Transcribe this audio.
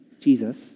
Jesus